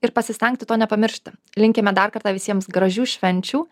ir pasistengti to nepamiršti linkime dar kartą visiems gražių švenčių